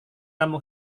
kamu